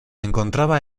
encontraba